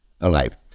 alive